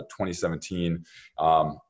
2017